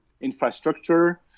infrastructure